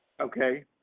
Okay